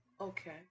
okay